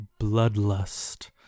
bloodlust